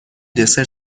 دسر